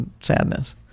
sadness